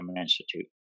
Institute